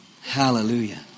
Hallelujah